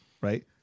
right